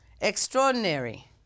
extraordinary